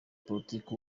politiki